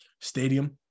stadium